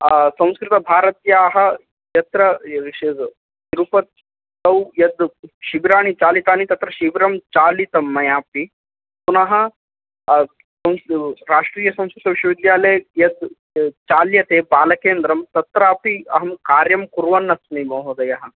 आ संस्कृतभारत्याः यत्र तिरुपतौ यद् शिबिराणि चालितानि तत्र शिबिरं चालितं मयापि पुनः राष्ट्रियसंस्कृतविश्वविद्यालये यत् चाल्यते बालकेन्द्रं तत्रापि अहं कार्यं कुर्वन्नस्मि महोदयः